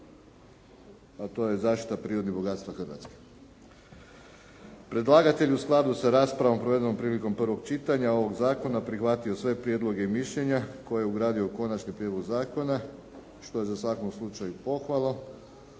a to je zaštita prirodnih bogatstava Hrvatske. Predlagatelj u skladu sa raspravom provedenom prilikom prvog čitanja ovog zakona prihvatio sve prijedloge i mišljenja koje je ugradio u konačni prijedlog zakona što je u svakom slučaju za pohvalu